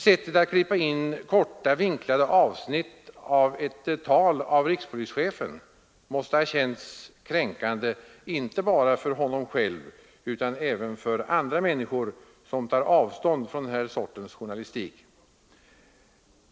Sättet att klippa in korta, vinklade avsnitt av ett tal av rikspolischefen måste ha känts kränkande inte bara för honom själv utan även för andra människor som tar avstånd från den här sortens journalistik.